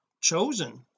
chosen